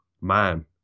man